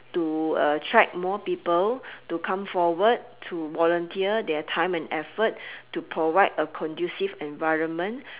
to attract more people to come forward to volunteer their time and effort to provide a conducive environment